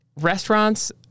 restaurants